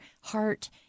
heart